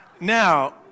Now